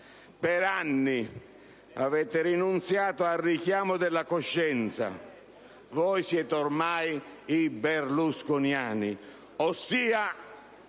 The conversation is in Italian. Per anni avete rinunziato al richiamo della coscienza. Voi siete ormai i berlusconiani, ossia